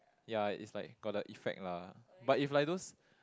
ya it's like got the effect lah but if like those